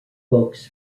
books